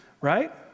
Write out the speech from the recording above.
right